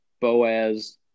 Boaz